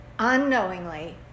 Unknowingly